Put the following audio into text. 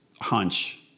hunch